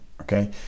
okay